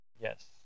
Yes